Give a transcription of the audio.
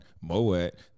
Moet